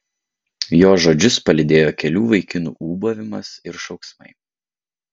jo žodžius palydėjo kelių vaikinų ūbavimas ir šauksmai